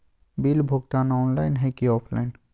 Bill भुगतान online है की ऑफलाइन?